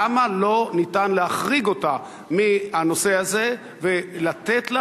למה לא ניתן להחריג אותה בנושא הזה ולתת לה